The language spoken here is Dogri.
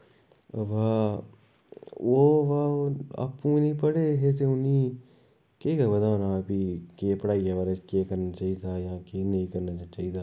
वा ओ वा ओ आप्पू गै नि पढ़े हे ते उ'नेई केह् गै पता होना हा फ्ही केह् पढ़ाई दे बारे च केह् करना चाहिदा यां केह् नेईं करना चाहिदा